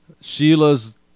Sheila's